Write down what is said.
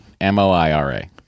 M-O-I-R-A